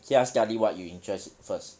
just study what you interest first